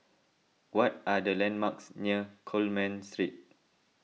what are the landmarks near Coleman Street